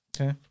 Okay